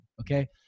okay